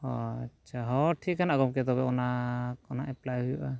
ᱟᱪᱪᱷᱟ ᱦᱚᱸ ᱴᱷᱤᱠᱟᱱᱟ ᱜᱚᱢᱠᱮ ᱛᱚᱵᱮ ᱚᱱᱟ ᱠᱚ ᱱᱟᱜ ᱮᱯᱞᱟᱭ ᱦᱩᱭᱩᱜᱼᱟ